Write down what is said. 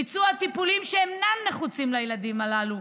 ביצוע טיפולים שאינם נחוצים לילדים הללו,